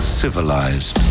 civilized